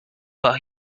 but